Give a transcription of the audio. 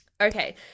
Okay